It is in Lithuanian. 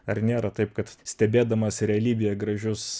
ar nėra taip kad stebėdamas realybėje gražius